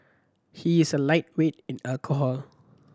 he is a lightweight in alcohol